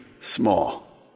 small